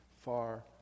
far